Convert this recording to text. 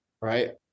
right